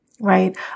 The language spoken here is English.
right